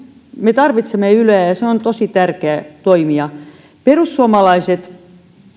me tarvitsemme yleä ja se on tosi tärkeä toimija perussuomalaiset